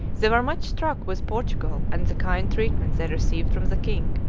they were much struck with portugal and the kind treatment they received from the king,